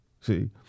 See